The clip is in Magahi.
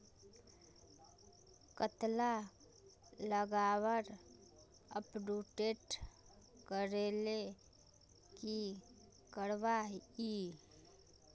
कतला लगवार अपटूडेट करले की करवा ई?